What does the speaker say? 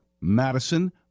Madison